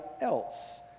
else